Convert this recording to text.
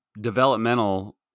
developmental